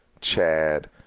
Chad